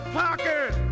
pocket